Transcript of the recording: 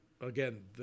again